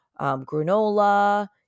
granola